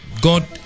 God